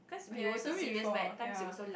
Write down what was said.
ya you told me before ya